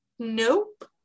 nope